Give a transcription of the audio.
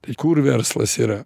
tai kur verslas yra